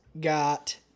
got